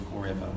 forever